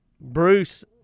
bruce